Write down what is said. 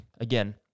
again